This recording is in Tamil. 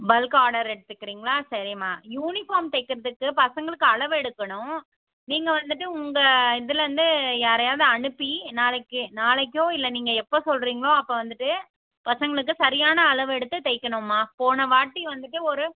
பல்க் ஆர்டர் எடுத்துக்கிறீங்களா சரிம்மா யூனிஃபார்ம் தைக்கிறதுக்கு பசங்களுக்கு அளவு எடுக்கணும் நீங்கள் வந்துட்டு உங்கள் இதுலருந்து யாரையாவது அனுப்பி நாளைக்கு நாளைக்கோ இல்லை நீங்கள் எப்போது சொல்கிறிங்களோ அப்போ வந்துட்டு பசங்களுக்கு சரியான அளவு எடுத்து தைக்கணும்மா போன வாட்டி வந்துட்டு ஒரு